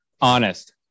Honest